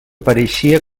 pareixia